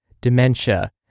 dementia